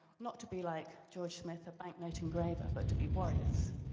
not to be like george smith, a banknote engraver, but to be warriors,